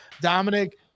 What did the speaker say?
Dominic